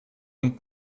und